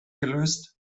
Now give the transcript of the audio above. gelöst